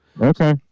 Okay